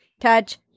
touch